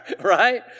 Right